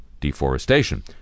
deforestation